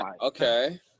Okay